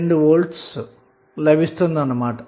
2V లభిస్తుంది అన్నమాట